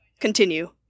continue